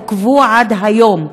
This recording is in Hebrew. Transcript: עוכבו עד היום.